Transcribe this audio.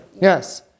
Yes